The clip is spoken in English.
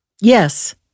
Yes